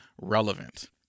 relevant